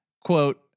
quote